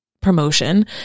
promotion